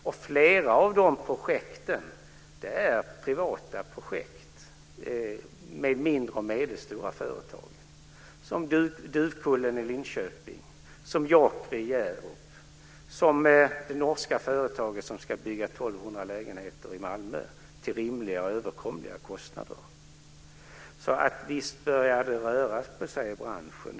Och flera av dessa projekt är privata projekt med mindre och medelstora företag, t.ex. Duvkullen i Linköping, Jakri i Hjärup och det norska företaget som ska bygga 1 200 lägenheter i Malmö till rimliga och överkomliga kostnader. Så visst börjar det röra på sig i branschen.